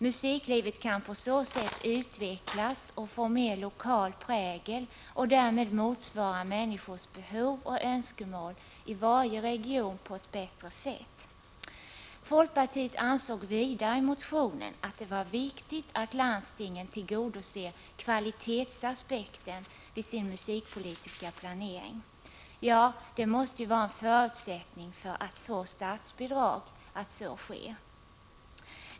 Musiklivet kan på så sätt utvecklas och få mer lokal prägel och därmed på ett bättre sätt motsvara människors behov och önskemål i varje region. Folkpartiet ansåg vidare i motionen att det var viktigt att landstingen tillgodoser kvalitetsaspekten vid sin musikpolitiska planering. Ja, det måste vara en förutsättning för statsbidrag att så sker.